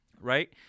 Right